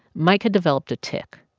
mike had developed a tic,